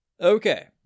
Okay